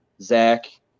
zach